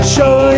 Show